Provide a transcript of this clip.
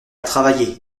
travailler